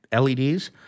LEDs